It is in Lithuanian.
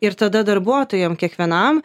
ir tada darbuotojam kiekvienam